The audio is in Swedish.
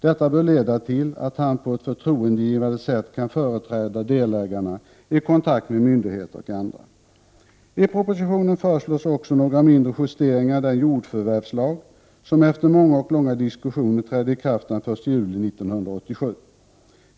Detta bör leda till att han på ett förtroendeingivande sätt kan företräda delägarna i kontakter med myndigheter och andra. I propositionen föreslås också några mindre justeringar i den jordförvärvslag som efter många och långa diskussioner trädde i kraft den 1 juli 1987.